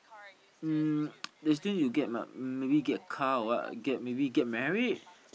um there's still you get but maybe get car or what get maybe get married